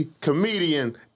comedian